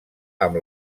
amb